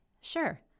sure